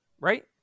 right